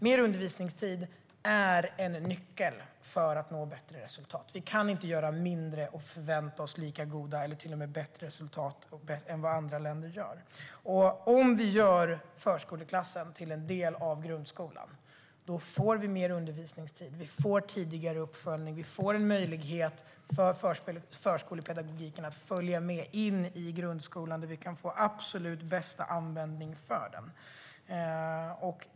Mer undervisningstid är en nyckel till att nå bättre resultat. Vi kan inte göra mindre och förvänta oss lika goda eller till och med bättre resultat än vad andra länder har. Om vi gör förskoleklassen till en del av grundskolan får vi mer undervisningstid. Vi får tidigare uppföljning, och vi får en möjlighet för förskolepedagogiken att följa med in i grundskolan där vi kan få den absolut bästa användningen för den.